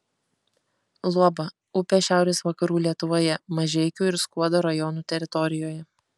luoba upė šiaurės vakarų lietuvoje mažeikių ir skuodo rajonų teritorijoje